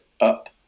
up